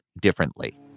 differently